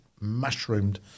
mushroomed